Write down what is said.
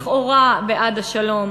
לכאורה בעד השלום,